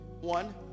One